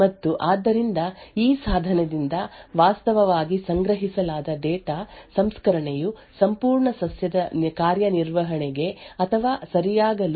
ಮತ್ತು ಆದ್ದರಿಂದ ಈ ಸಾಧನದಿಂದ ವಾಸ್ತವವಾಗಿ ಸಂಗ್ರಹಿಸಲಾದ ಡೇಟಾ ಸಂಸ್ಕರಣೆಯು ಸಂಪೂರ್ಣ ಸಸ್ಯದ ಕಾರ್ಯನಿರ್ವಹಣೆಗೆ ಅಥವಾ ಸರಿಯಾಗಿರಲು ಸಕ್ರಿಯವಾಗಿ ಮುಖ್ಯವಾಗಿದೆ